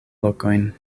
lokojn